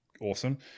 Awesome